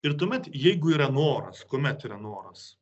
ir tuomet jeigu yra noras kuomet yra noras